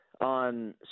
on